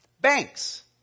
Banks